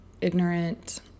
ignorant